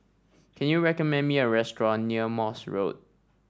can you recommend me a restaurant near Morse Road